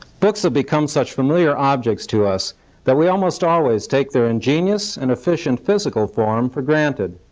books have become such familiar objects to us that we almost always take their ingenious and efficient physical form for granted.